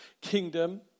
kingdom